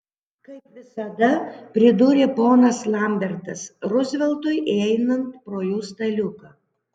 kaip visada pridūrė ponas lambertas ruzveltui einant pro jų staliuką